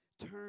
turn